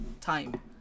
time